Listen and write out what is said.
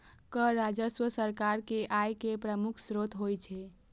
कर राजस्व सरकार के आय केर प्रमुख स्रोत होइ छै